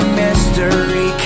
mystery